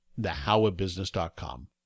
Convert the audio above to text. thehowabusiness.com